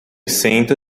senta